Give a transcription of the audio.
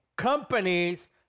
Companies